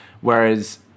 Whereas